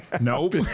Nope